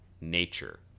nature